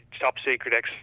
top-secret